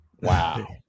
wow